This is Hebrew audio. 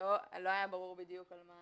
לא היה ברור בדיוק מה